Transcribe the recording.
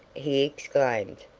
he exclaimed,